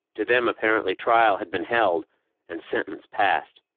to them, apparently, trial had been held and sentence passed.